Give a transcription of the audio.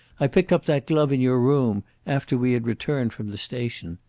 i picked up that glove in your room, after we had returned from the station.